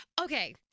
Okay